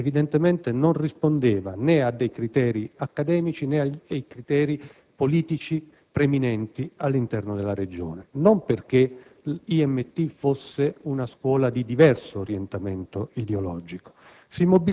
che evidentemente non rispondeva né a dei criteri accademici, né ai criteri politici preminenti all'interno della Regione. E questo non perché l'IMT fosse una scuola di diverso orientamento ideologico.